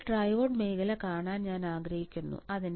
ഇപ്പോൾ ട്രയോഡ് മേഖല കാണാൻ ഞാൻ ആഗ്രഹിക്കുന്നു